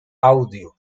audio